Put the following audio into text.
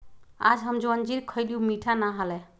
आज हम जो अंजीर खईली ऊ मीठा ना हलय